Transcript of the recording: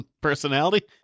personality